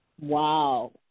Wow